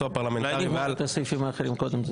הפרלמנטרי ועל -- אולי נגמור את הסעיפים האחרים קודם?